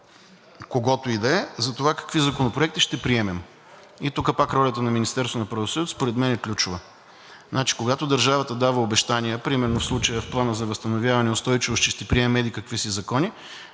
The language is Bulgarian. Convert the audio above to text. когото и да е за това какви законопроекти ще приемем и тук пак ролята на Министерството на правосъдието, според мен е ключова. Значи, когато държавата дава обещания, примерно в случая в Плана за възстановяване и устойчивост, че ще приемем еди-какви закони,